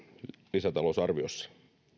lisätalousarviossa tämä